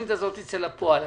שהתוכנית הזאת תצא לפועל.